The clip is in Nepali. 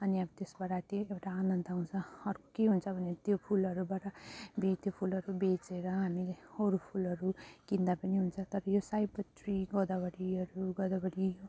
अनि अब त्यसबाट चाहिँ एउटा आनन्द आउँछ अर्को के हुन्छ भने त्यो फुलहरूबाट बे त्यो फुलहरू बेचेर हामीले अरू फुलहरू किन्दा पनि हुन्छ तर यो सयपत्री गदावरीहरू गदावरी